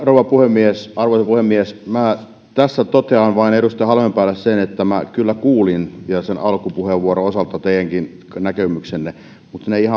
rouva puhemies minä tässä totean vain edustaja halmeenpäälle sen että minä kyllä kuulin sen alkupuheenvuoron osalta teidänkin näkemyksenne mutta ne asiat eivät